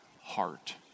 heart